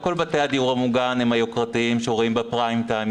לא כל בתי הדיור המוגן הם היוקרתיים שרואים בפריים טיים.